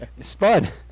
Spud